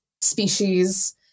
species